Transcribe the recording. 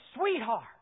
sweetheart